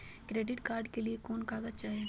Credit card के लिए कौन कागज चाही?